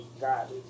God